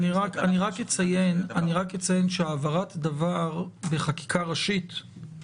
--- אני רק אציין שהעברת דבר בחקיקה ראשית היא